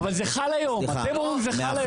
אבל זה חל היום, אתם אומרים שזה חל.